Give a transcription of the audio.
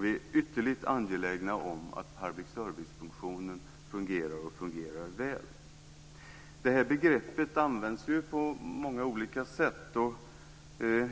Vi är ytterligt angelägna om att public service-funktionen fungerar och fungerar väl. Detta begrepp används på många olika sätt.